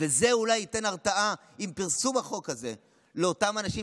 ועם פרסום החוק הזה זה אולי ייתן הרתעה לאותם אנשים